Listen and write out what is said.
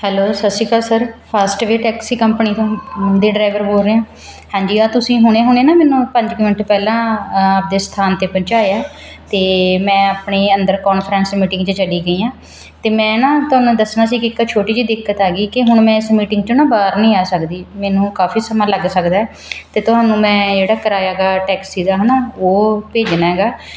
hello ਸਤਿ ਸ਼੍ਰੀ ਅਕਾਲ ਸਰ ਫਾਸਟਵੇਵ ਟੈਕਸੀ ਕੰਪਨੀ ਤੋਂ ਦੇ ਡਰਾਈਵਰ ਬੋਲ ਰਹੇ ਹੋ ਹਾਂਜੀ ਆਹ ਤੁਸੀਂ ਹੁਣੇ ਹੁਣੇ ਨਾ ਮੈਨੂੰ ਪੰਜ ਕੁ ਮਿੰਟ ਪਹਿਲਾਂ ਆਪਦੇ ਸਥਾਨ 'ਤੇ ਪਹੁੰਚਾਇਆ ਅਤੇ ਮੈਂ ਆਪਣੇ ਅੰਦਰ ਕੌਨਫਰੈਂਸ ਮੀਟਿੰਗ 'ਚ ਚਲੀ ਗਈ ਹਾਂ ਅਤੇ ਮੈਂ ਨਾ ਤੁਹਾਨੂੰ ਦੱਸਣਾ ਸੀ ਕਿ ਇੱਕ ਛੋਟੀ ਜਿਹੀ ਦਿੱਕਤ ਆ ਗਈ ਕਿ ਹੁਣ ਮੈਂ ਇਸ ਮੀਟਿੰਗ 'ਚੋਂ ਨਾ ਬਾਹਰ ਨਹੀਂ ਆ ਸਕਦੀ ਮੈਨੂੰ ਕਾਫੀ ਸਮਾਂ ਲੱਗ ਸਕਦਾ ਅਤੇ ਤੁਹਾਨੂੰ ਮੈਂ ਜਿਹੜਾ ਕਰਾਇਆ ਹੈਗਾ ਟੈਕਸੀ ਦਾ ਹੈ ਨਾ ਉਹ ਭੇਜਣਾ ਹੈਗਾ